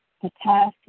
potassium